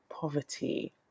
poverty